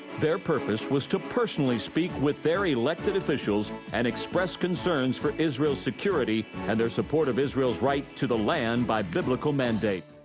their purpose was to personally speak with their elected officials and express concerns for israelis security and their support of israelis right to the land by biblical mandate.